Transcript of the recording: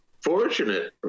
fortunate